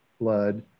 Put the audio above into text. blood